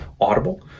Audible